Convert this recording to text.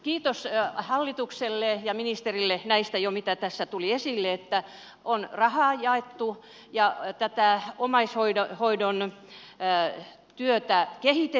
kiitos hallitukselle ja ministerille jo näistä mitä tässä tuli esille että on rahaa jaettu ja tätä omaishoidon työtä kehitetään